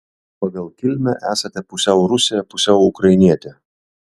pagal kilmę esate pusiau rusė pusiau ukrainietė